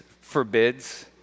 forbids